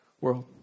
world